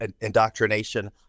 indoctrination